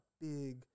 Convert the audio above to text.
big